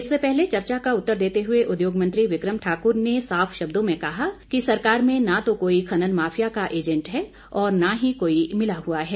इससे पहले चर्चा का उत्तर देते हुए उद्योग मंत्री विक्रम ठाकुर ने साफ शब्दों में कहा कि सरकार में न तो कोई खनन माफिया का एजेंट है और न ही कोई मिला हुआ है